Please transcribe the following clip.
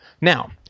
Now